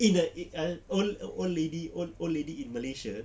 in a old old lady old old lady in malaysia